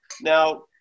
Now